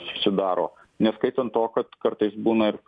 susidaro neskaitant to kad kartais būna ir